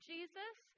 Jesus